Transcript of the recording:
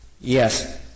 Yes